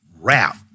rap